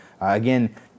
again